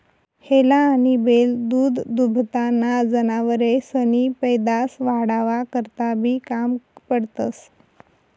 हेला आनी बैल दूधदूभताना जनावरेसनी पैदास वाढावा करता बी काम पडतंस